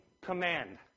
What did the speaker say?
command